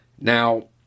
Now